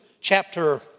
chapter